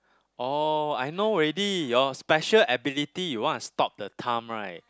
oh I know already your special ability you want to stop the time right